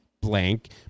blank